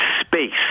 space